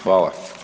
Hvala.